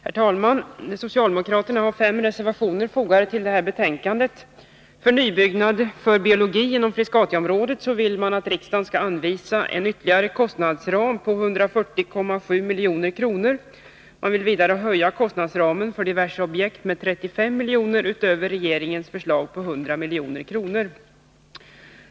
Herr talman! Socialdemokraterna har fogat fem reservationer till detta betänkande. För projektet Nybyggnad för biologi inom Frescatiområdet vill socialdemokraterna att riksdagen skall anvisa en ytterligare kostnadsram på 140,7 milj.kr. Man vill vidare höja kostnadsramen Diverse objekt med 35 miljoner utöver regeringens förslag på 100 milj.kr.